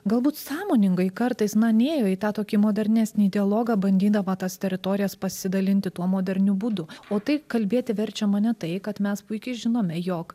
galbūt sąmoningai kartais na nėjo į tą tokį modernesnį dialogą bandydama tas teritorijas pasidalinti tuo moderniu būdu o tai kalbėti verčia mane tai kad mes puikiai žinome jog